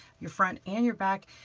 your front and your back.